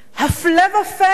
הפלא ופלא,